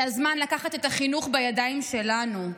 זה הזמן לקחת את החינוך בידיים שלנו,